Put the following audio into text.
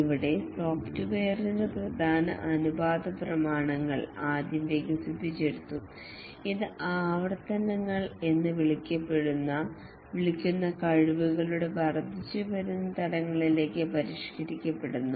ഇവിടെ സോഫ്റ്റ്വെയറിന്റെ പ്രധാന അനുപാതപ്രമാണങ്ങൾ ആദ്യം വികസിപ്പിച്ചെടുത്തു ഇത് ആവർത്തനങ്ങൾ എന്ന് വിളിക്കുന്ന കഴിവുകളുടെ വർദ്ധിച്ചുവരുന്ന തലങ്ങളിലേക്ക് പരിഷ്കരിക്കപ്പെടുന്നു